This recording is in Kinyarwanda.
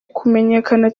kumenyekana